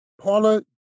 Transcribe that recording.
Paula